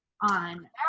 on